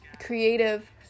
creative